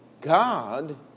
God